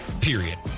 period